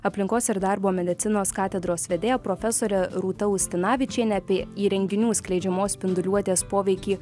aplinkos ir darbo medicinos katedros vedėja profesore rūta ustinavičiene apie įrenginių skleidžiamos spinduliuotės poveikį